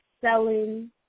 selling